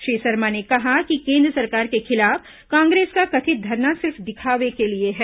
श्री शर्मा ने कहा कि केन्द्र सरकार के खिलाफ कांग्रेस का कथित धरना सिर्फ दिखावे के लिए हैं